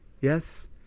Yes